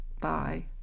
Bye